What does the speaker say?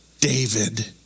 David